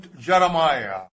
Jeremiah